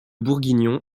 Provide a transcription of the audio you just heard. bourguignon